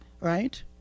right